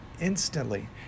instantly